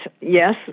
yes